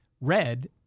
red